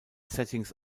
settings